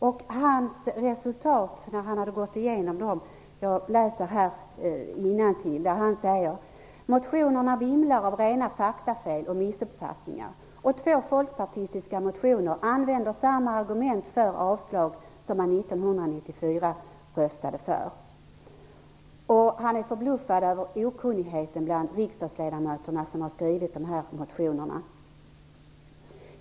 Efter att ha gått igenom dem sade han: Motionerna vimlar av rena faktafel och missuppfattningar, och två folkpartistiska motioner använder samma argument för avslag som man 1994 röstade för. Tandläkaren är förbluffad över okunnigheten bland de riksdagsledamöter som har väckt motionerna.